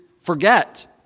forget